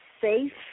safe